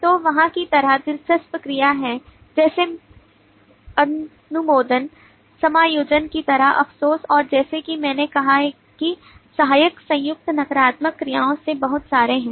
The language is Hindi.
तो वहाँ की तरह दिलचस्प क्रिया है जैसे अनुमोदन समायोजन की तरह अफसोस और जैसा कि मैंने कहा कि सहायक संयुक्त नकारात्मक क्रियाओं के बहुत सारे हैं